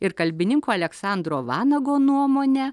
ir kalbininko aleksandro vanago nuomone